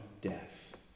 death